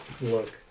look